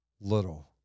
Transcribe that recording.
little